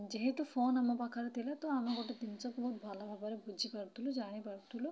ଯେହେତୁ ଫୋନ୍ ଆମ ପାଖରେ ଥିଲା ତ ଆମେ ଗୋଟେ ଜିନିଷକୁ ବହୁତ ଭଲ ଭାବରେ ବୁଝିପାରୁଥିଲୁ ଜାଣିପାରୁଥିଲୁ